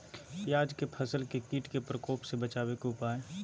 प्याज के फसल के कीट के प्रकोप से बचावे के उपाय?